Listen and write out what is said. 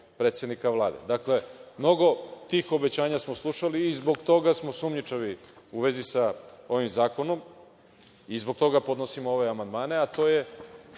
predsednika Vlade. Dakle, mnogo tih obećanja smo slušali i zbog toga smo sumnjičavi u vezi sa ovim zakonom i zbog toga podnosimo ove amandmane, a to je